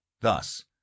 Thus